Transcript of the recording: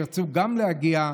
ירצו גם להגיע,